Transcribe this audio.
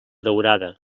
daurada